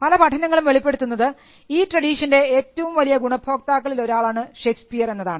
പല പഠനങ്ങളും വെളിപ്പെടുത്തുന്നത് ഈ ട്രഡീഷൻറെ ഏറ്റവും വലിയ ഗുണഭോക്താക്കളിൽ ഒരാളാണ് ഷേക്സ്പിയർ എന്നതാണ്